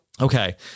okay